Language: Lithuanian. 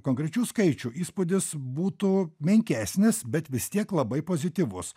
konkrečių skaičių įspūdis būtų menkesnis bet vis tiek labai pozityvus